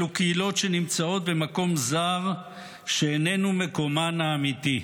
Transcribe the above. אלו קהילות שנמצאות במקום זר שאיננו מקומן האמיתי.